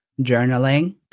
journaling